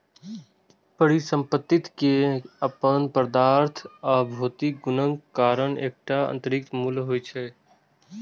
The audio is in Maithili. परिसंपत्ति के अपन पदार्थ आ भौतिक गुणक कारण एकटा आंतरिक मूल्य होइ छै